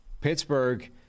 Pittsburgh